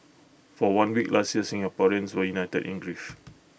for one week last year Singaporeans were united in grief